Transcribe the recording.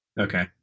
Okay